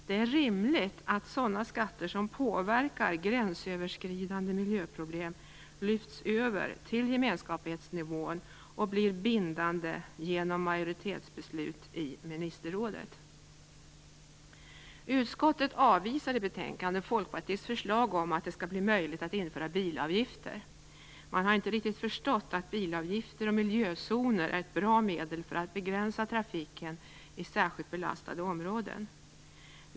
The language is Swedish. Det är rimligt att sådana skatter som påverkar gränsöverskridande miljöproblem lyfts över till gemenskapsnivån och blir bindande genom majoritetsbeslut i ministerrådet. Utskottet avvisar i betänkandet Folkpartiets förslag om att det skall bli möjligt att införa bilavgifter. Man har inte riktigt förstått att bilavgifter och miljözoner är ett bra medel för att begränsa trafiken i särskilt belastade områden.